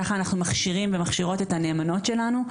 ככה אנחנו מכשירים ומכשירות את הנאמנות שלנו,